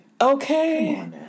Okay